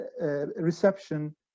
reception